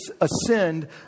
ascend